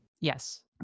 Yes